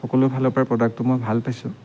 সকলো ফালৰ পৰাই প্ৰডাক্টটো মই ভাল পাইছোঁ